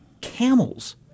camels